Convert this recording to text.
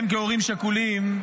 הם כהורים שכולים,